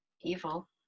evil